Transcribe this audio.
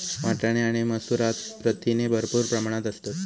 वाटाणे आणि मसूरात प्रथिने भरपूर प्रमाणात असतत